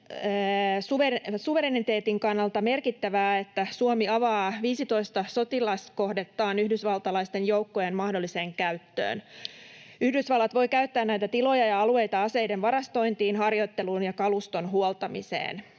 suvereniteetin kannalta merkittävää, että Suomi avaa 15 sotilaskohdettaan yhdysvaltalaisten joukkojen mahdolliseen käyttöön. Yhdysvallat voi käyttää näitä tiloja ja alueita aseiden varastointiin, harjoitteluun ja kaluston huoltamiseen.